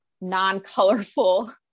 non-colorful